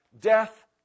death